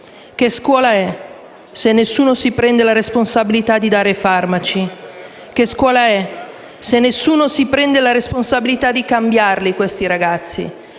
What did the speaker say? Che scuola è, se nessuno si prende la responsabilità di dare i farmaci? Che scuola è, se nessuno si prende la responsabilità di cambiare i ragazzi?